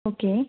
okay